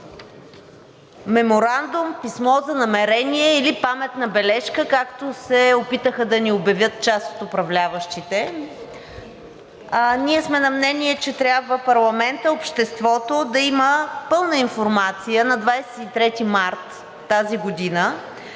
меморандум, писмо за намерение или паметна бележка, както се опитаха да ни обявят част от управляващите. Ние сме на мнение, че трябва парламентът, обществото да има пълна информация на 23 март тази година